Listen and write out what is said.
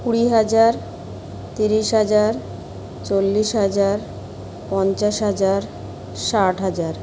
কুড়ি হাজার তিরিশ হাজার চল্লিশ হাজার পঞ্চাশ হাজার ষাট হাজার